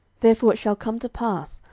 therefore it shall come to pass,